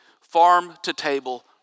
farm-to-table